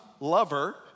lover